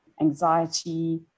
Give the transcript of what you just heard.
anxiety